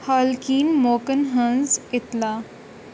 حالکِن موقعن ہٕنٛزاطلاع